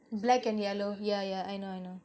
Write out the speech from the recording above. black and yellow yeah yeah I know I know